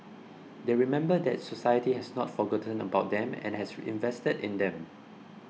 they remember that society has not forgotten about them and has invested in them